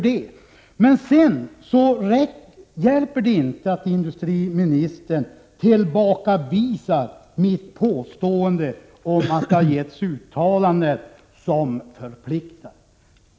Det hjälper inte att industriministern tillbakavisar mitt påstående om att det har gjorts uttalanden som förpliktar.